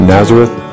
Nazareth